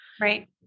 Right